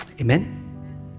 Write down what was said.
Amen